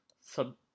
sub